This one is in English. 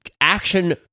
action